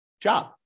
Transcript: job